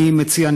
אני מציע,